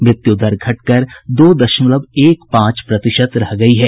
मृत्यु दर घटकर दो दशमलव एक पांच प्रतिशत रह गई है